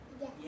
Yes